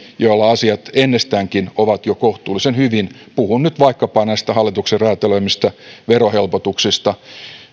joilla asiat ennestäänkin ovat jo kohtuullisen hyvin puhun nyt vaikkapa näistä hallituksen räätälöimistä verohelpotuksista